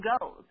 goes